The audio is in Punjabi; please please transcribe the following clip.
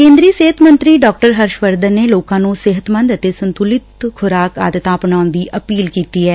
ਕੇਂਦਰੀ ਸਿਹਤ ਮੰਤਰੀ ਡਾ ਹਰਸ਼ਵਰਧਨ ਨੇ ਲੋਕਾਂ ਨੂੰ ਸਿਹਤਮੰਦ ਅਤੇ ਸੰਤੁਲਤ ਖੁਰਾਕ ਆਦਤਾਂ ਅਪਣਾਉਣ ਦੀ ਅਪੀਲ ਕੀਤੀ ਐ